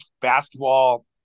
basketball